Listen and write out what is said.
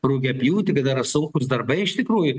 rugiapjūtė kada yra sunkūs darbai iš tikrųjų